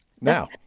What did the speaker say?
Now